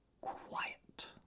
Quiet